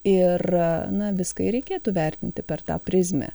ir na viską ir reikėtų vertinti per tą prizmę